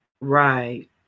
Right